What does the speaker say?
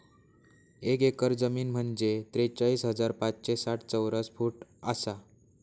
एक एकर जमीन म्हंजे त्रेचाळीस हजार पाचशे साठ चौरस फूट आसा